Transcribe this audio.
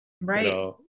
right